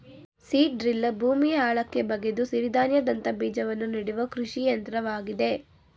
seed driller ಭೂಮಿಯ ಆಳಕ್ಕೆ ಬಗೆದು ಸಿರಿಧಾನ್ಯದಂತ ಬೀಜವನ್ನು ನೆಡುವ ಕೃಷಿ ಯಂತ್ರವಾಗಿದೆ